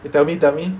tell me tell me